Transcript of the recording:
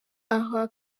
aha